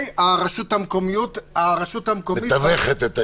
הרשות המקומית --- היא מתווכת את העניין,